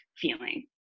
feeling